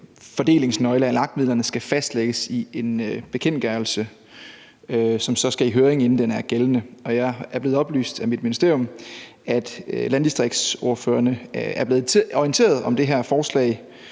fordelingsnøgle af LAG-midlerne skal fastlægges i en bekendtgørelse, som så skal i høring, inden den er gældende. Jeg er blevet oplyst af mit ministerium om, at landdistriktsordførerne er blevet orienteret om det her forslag